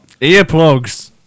Earplugs